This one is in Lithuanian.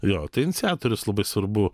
jo tai iniciatorius labai svarbu